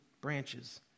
branches